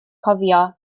cofio